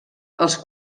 els